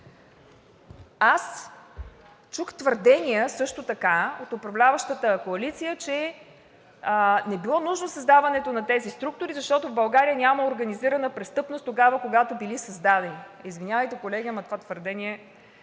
Аз чух твърдения от управляващата коалиция, че не било нужно създаването на тези структури, защото в България нямало организирана престъпност, когато били създадени. Извинявайте, колеги, ама това твърдение беше